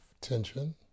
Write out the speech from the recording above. tension